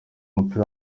w’umupira